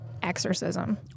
Exorcism